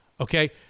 okay